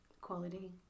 quality